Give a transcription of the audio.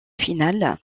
finales